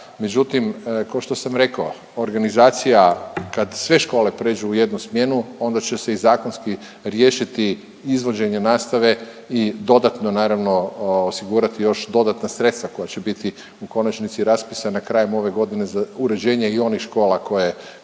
Međutim, kao što sam i rekao organizacija kad sve škole pređu u jednu smjenu onda će se i zakonski riješiti izvođenje nastave i dodatno naravno osigurati još dodatna sredstva koja će biti u konačnici raspisana krajem ove godine za uređenje i onih škola koje, koje